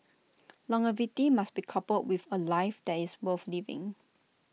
longevity must be coupled with A life that is worth living